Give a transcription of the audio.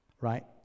Right